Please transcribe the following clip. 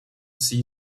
see